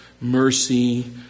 mercy